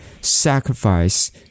sacrifice